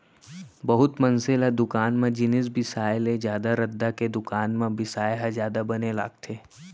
बहुत मनसे ल दुकान म जिनिस बिसाय ले जादा रद्दा के दुकान म बिसाय ह जादा बने लागथे